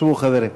שבו, חברים.